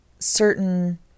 certain